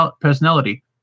personality